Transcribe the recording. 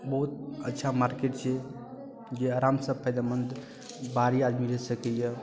बहुत अच्छा मार्केट छै जे आराम से फायदेमंद बाहरी आदमी रहि सकैया